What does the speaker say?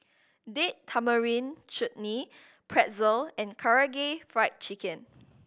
Date Tamarind Chutney Pretzel and Karaage Fried Chicken